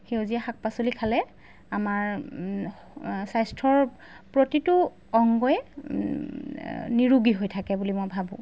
সেউজীয়া শাক পাচলি খালে আমাৰ স্বাস্থ্যৰ প্ৰতিটো অংগই নিৰোগী হৈ থাকে বুলি মই ভাবোঁ